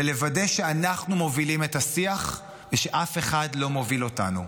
ולוודא שאנחנו מובילים את השיח ושאף אחד לא מוביל אותנו.